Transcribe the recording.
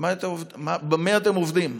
במה אתם עובדים?